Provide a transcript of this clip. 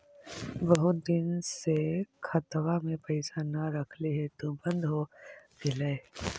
बहुत दिन से खतबा में पैसा न रखली हेतू बन्द हो गेलैय?